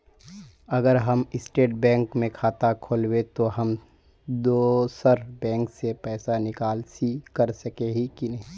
अगर हम state bank में खाता खोलबे तो हम दोसर बैंक से पैसा निकासी कर सके ही की नहीं?